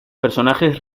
personajes